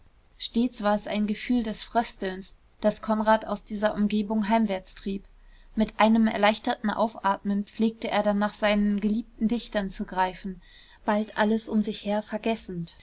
stets war es ein gefühl des fröstelns das konrad aus dieser umgebung heimwärts trieb mit einem erleichterten aufatmen pflegte er dann nach seinen geliebten dichtern zu greifen bald alles um sich her vergessend